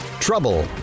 Trouble